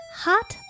hot